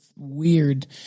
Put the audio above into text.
weird